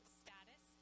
status